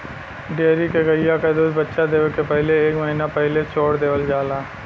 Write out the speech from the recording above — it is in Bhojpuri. डेयरी के गइया क दूध बच्चा देवे के पहिले एक महिना पहिले छोड़ देवल जाला